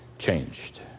changed